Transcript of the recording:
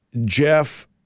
Jeff